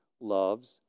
loves